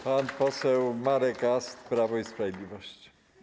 Pan poseł Marek Ast, Prawo i Sprawiedliwość.